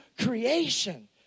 creation